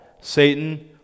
Satan